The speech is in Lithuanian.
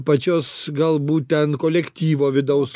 pačios galbūt ten kolektyvo vidaus